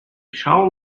shall